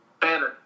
better